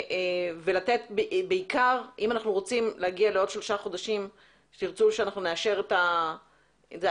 אם בעוד שלושה חודשים תרצו שנאשר ואני